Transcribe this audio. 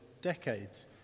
decades